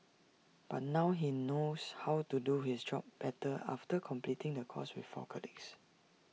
but now he knows how to do his job better after completing the course with four colleagues